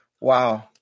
Wow